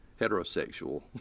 heterosexual